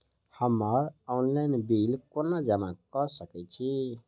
हम्मर online bill कोना जमा कऽ सकय छी?